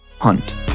Hunt